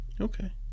okay